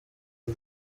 the